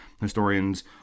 historians